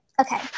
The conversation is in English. okay